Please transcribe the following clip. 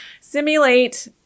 simulate